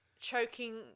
choking